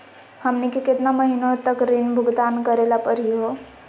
हमनी के केतना महीनों तक ऋण भुगतान करेला परही हो?